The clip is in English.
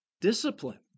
discipline